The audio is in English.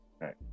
right